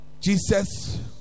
Jesus